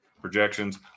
projections